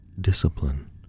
discipline